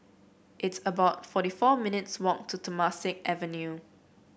it's about forty four minutes walk to Temasek Avenue